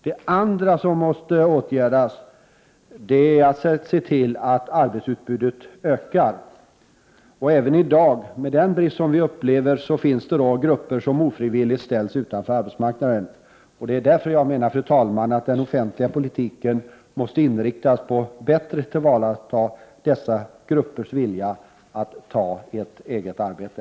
Det andra som måste åtgärdas är att se till att arbetsutbudet ökar. Även i dag, med den arbetskraftsbrist som vi nu upplever, finns det grupper som ofrivilligt ställs utanför arbetsmarknaden. Det är därför jag menar att den offentliga politiken måste inriktas på att bättre tillvarata dessa gruppers vilja att ta ett eget arbete.